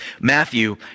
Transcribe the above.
Matthew